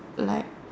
like